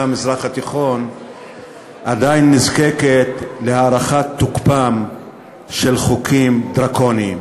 המזרח התיכון עדיין נזקקת להארכת תוקפם של חוקים דרקוניים